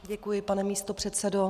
Děkuji, pane místopředsedo.